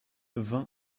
vingt